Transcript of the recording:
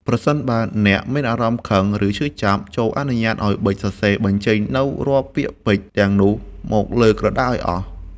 ប្រសិនបើអ្នកមានអារម្មណ៍ខឹង ឬឈឺចាប់ ចូរអនុញ្ញាតឱ្យប៊ិចសរសេរបញ្ចេញនូវរាល់ពាក្យពេចន៍ទាំងនោះមកលើក្រដាសឱ្យអស់។